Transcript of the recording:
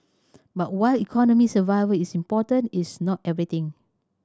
but while economic survival is important it's not everything